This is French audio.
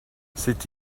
cet